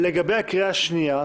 לגבי הקריאה השנייה,